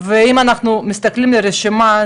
ואם אנחנו מסתכלים על הרשימה,